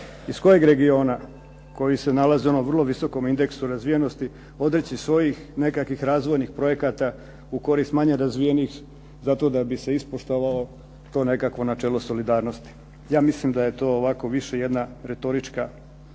iz kojeg regiona koji se nalazi u onom vrlo visokom indeksu razvijenosti odreći svojih nekakvih razvojnih projekata u korist manje razvijenih zato što bi se ispoštovalo to nekakvo načelo solidarnosti? Ja mislim da je to jedna ovako više retorička